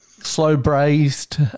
Slow-braised